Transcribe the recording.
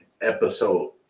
episode